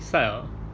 beside or